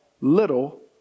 little